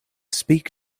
speak